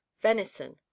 venison